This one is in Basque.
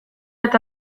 eta